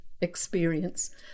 experience